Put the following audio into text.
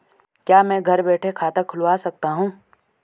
क्या मैं घर बैठे खाता खुलवा सकता हूँ?